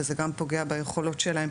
וזה גם פוגע ביכולות שלהם.